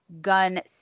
gun